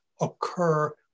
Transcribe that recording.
occur